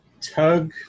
Tug